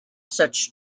such